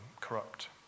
corrupt